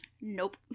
Nope